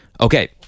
Okay